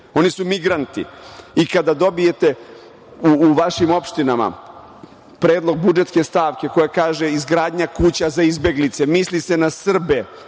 oni su migranti. Kada dobijete u vašim opštinama predlog budžetske stavke koja kaže – izgradnja kuća za izbeglice misli se na Srbe